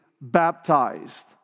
baptized